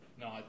no